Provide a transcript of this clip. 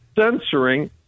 censoring